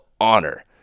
honor